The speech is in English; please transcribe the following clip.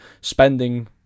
spending